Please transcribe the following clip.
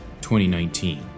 2019